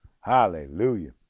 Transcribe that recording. hallelujah